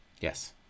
Yes